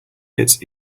its